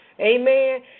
Amen